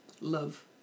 love